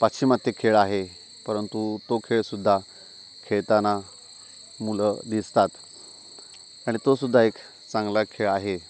पाश्चिमात्य खेळ आहे परंतु तो खेळ सुद्धा खेळताना मुलं दिसतात आणि तो सुद्धा एक चांगला खेळ आहे